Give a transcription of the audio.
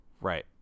Right